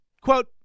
quote